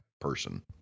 person